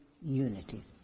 unity